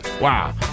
Wow